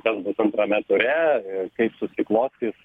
kas bus antrame ture ir kaip susiklostys